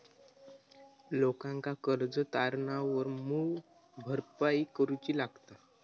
लोकांका कर्ज तारणावर मूळ भरपाई करूची लागता